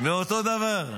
מאותו הדבר,